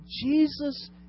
Jesus